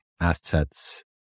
assets